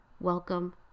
welcome